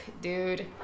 dude